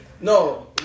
No